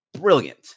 Brilliant